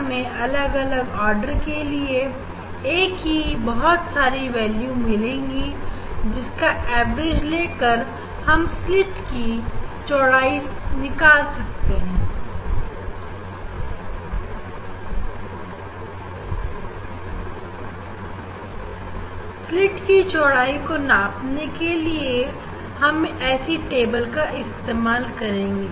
हमें अलग अलग आर्डर के लिए a की बहुत सारी वैल्यू मिलेंगी जिनका एवरेज लेकर हम सिंगल स्लीट की चौड़ाई को निकाल सकते हैं को करने के लिए हम ऐसी टेबल का इस्तेमाल करेंगे